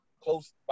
close